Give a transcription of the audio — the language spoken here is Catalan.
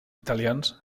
italians